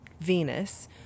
Venus